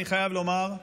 אני חייב לומר: